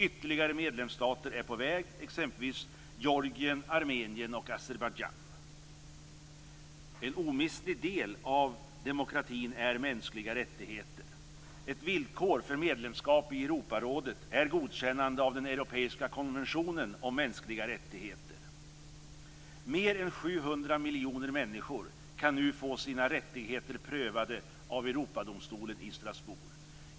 Ytterligare medlemsstater är på väg, exempelvis En omistlig del av demokratin är mänskliga rättigheter. Ett villkor för medlemskap i Europarådet är godkännande av den europeiska konventionen om mänskliga rättigheter. Mer än 700 miljoner människor kan nu få sina rättigheter prövade av Europadomstolen i Strasbourg.